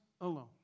alone